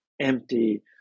empty